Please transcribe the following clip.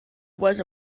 was